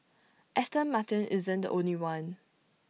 Aston Martin isn't the only one